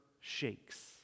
shakes